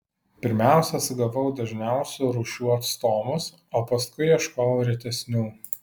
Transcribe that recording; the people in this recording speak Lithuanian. pirmiausia sugavau dažniausių rūšių atstovus o paskui ieškojau retesnių